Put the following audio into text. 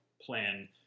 plan